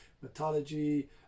mythology